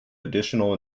additional